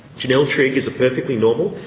janelle trigg is a perfectly normal,